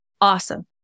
Awesome